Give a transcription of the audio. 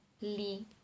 Lee